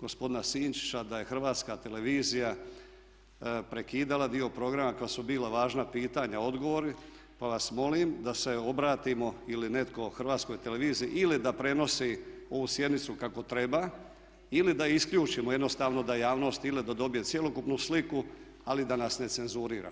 gospodina Sinčića da je Hrvatska televizija prekidala dio programa kad su bila važna pitanja i odgovori, pa vas molim da se obratimo ili netko Hrvatskoj televiziji ili da prenosi ovu sjednicu kako treba ili da isključimo jednostavno da javnost, ili da dobije cjelokupnu sliku, ali da nas ne cenzurira.